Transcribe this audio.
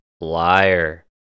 liar